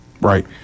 Right